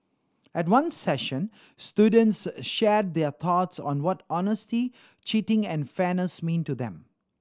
at one session students shared their thoughts on what honesty cheating and fairness mean to them